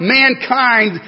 mankind